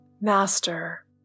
master